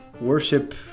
worship